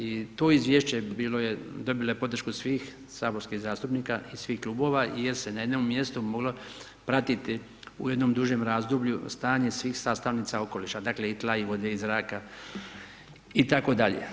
I to izvješće bilo je dobilo podršku svih saborskih zastupnika, svih klubova, jer se na jednom mjestu moglo, pratiti u jednom dužem razdoblju stanje svih sastavnica okoliša, dakle, i tla i vode i zraka itd.